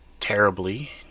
terribly